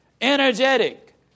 energetic